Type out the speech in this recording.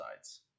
sides